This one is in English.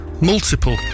multiple